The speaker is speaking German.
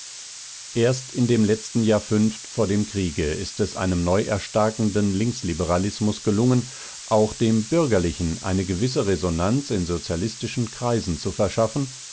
erst in dem letzten jahrfünft vor dem kriege ist es einem neuerstarkenden linksliberalismus gelungen auch dem bürgerlichen eine gewisse resonanz in sozialistischen kreisen zu verschaffen